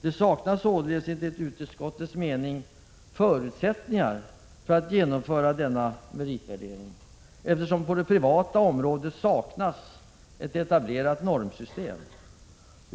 Det saknas således enligt utskottets mening förutsättningar för genomförande av denna meritvärdering, eftersom det privata området saknar ett etablerat normsystem.